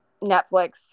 Netflix